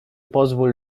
pozwól